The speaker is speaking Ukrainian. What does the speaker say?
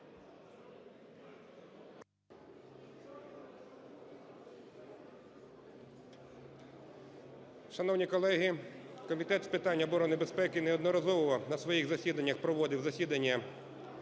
Шановні колеги, Комітет з питань оборони і безпеки неодноразово на своїх засіданнях проводив засідання